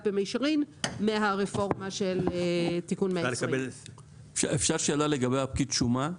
במישרין מהרפורמה של תיקון 120. שאלה לגבי פקיד השומה.